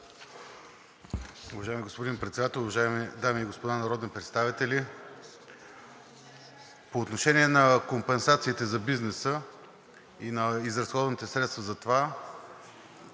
Уважаеми господин Председател, уважаеми дами и господа народни представители! По отношение на компенсациите за бизнеса и на изразходваните средства за това